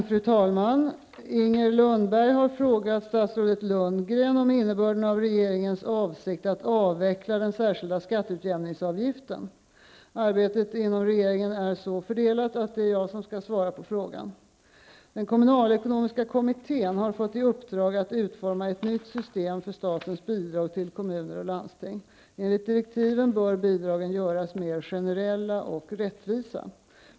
Fru talman! Inger Lundberg har frågat statsrådet Arbetet inom regeringen är så fördelat att det är jag som skall svara på frågan. Kommunalekonomiska kommittén har fått i uppdrag att utforma ett nytt system för statens bidrag till kommuner och landsting. Enligt direktiven bör bidragen göras mer generella och rättvisa.